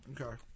Okay